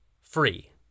free